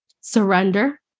surrender